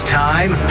time